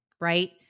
right